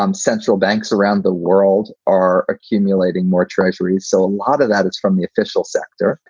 um central banks around the world are accumulating more treasuries. so a lot of that is from the official sector.